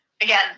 again